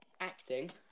acting